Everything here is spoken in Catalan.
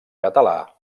català